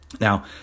Now